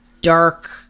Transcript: dark